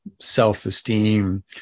self-esteem